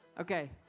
Okay